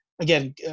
again